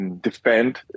defend